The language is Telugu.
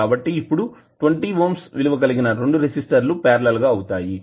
కాబట్టి ఇప్పుడు 20 ఓం విలువ కలిగిన రెండు రెసిస్టర్ లు పార్లల్ గా అవుతాయి